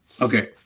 Okay